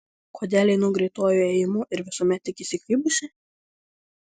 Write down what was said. kodėl einu greituoju ėjimu ir visuomet tik įsikibusi